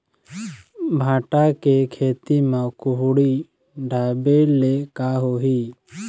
भांटा के खेती म कुहड़ी ढाबे ले का होही?